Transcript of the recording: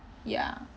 ya